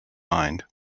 mind